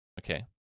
Okay